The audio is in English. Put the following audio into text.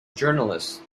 journalist